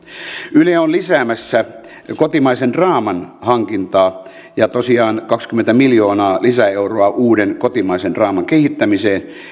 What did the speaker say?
yle on lisäämässä kotimaisen draaman hankintaa ja tosiaan kaksikymmentä miljoonaa lisäeuroa uuden kotimaisen draaman kehittämiseen